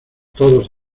todos